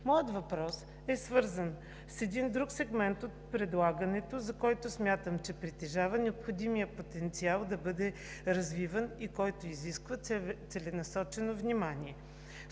Моят въпрос е свързан с един друг сегмент от предлагането, за който смятам, че притежава необходимият потенциал да бъде развиван и който изисква целенасочено внимание.